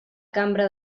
cambra